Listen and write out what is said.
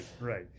right